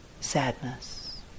sadness